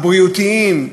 הבריאותיים,